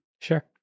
Sure